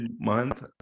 month